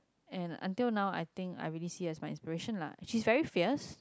and until now I think I really see as my passion lah she very fierce